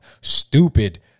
stupid